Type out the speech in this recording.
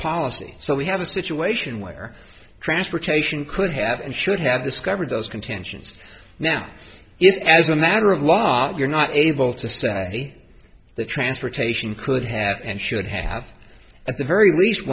policy so we have a situation where transportation could have and should have discovered those contentions now if as a matter of law you're not able to say the transportation could have and should have at the very least